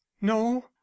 no